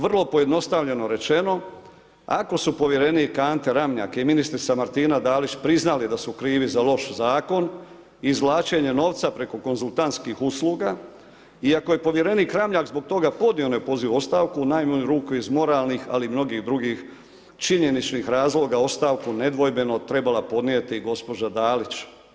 Vrlo pojednostavljeno rečeno ako su povjerenik Ante Ramljak i ministrica Martina Dalić priznali da su krivi za loš zakon izvlačenja novca preko konzultantskih usluga i ako je povjerenik Ramljak zbog toga podnio neopozivu ostavku iz najmanju ruku iz moralnih ali i mnogih drugih činjeničnih razloga ostavku nedvojbeno trebala podnijeti gospođa Dalić.